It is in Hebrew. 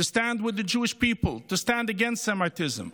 with the Jewish people, against anti-Semitism.